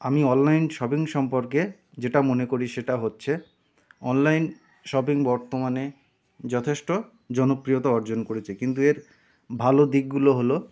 আমি online shopping সম্পর্কে যেটা মনে করি সেটা হচ্ছে অনলাইন শপিং বর্তমানে যথেষ্ট জনপ্রিয়তা অর্জন করেছে কিন্তু এর ভালো দিকগুলো হলো